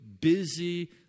busy